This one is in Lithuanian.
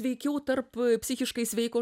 veikiau tarp psichiškai sveiko